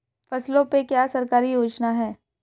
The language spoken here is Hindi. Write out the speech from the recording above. फसलों पे क्या सरकारी योजना है?